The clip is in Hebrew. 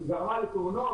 היא גרמה לתאונות?